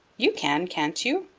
you can, can't you?